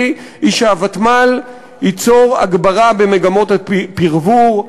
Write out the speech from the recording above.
היא שהוותמ"ל ייצור הגברה במגמות הפרבור,